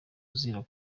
azira